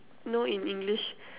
know in English